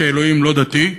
שאלוהים לא דתי,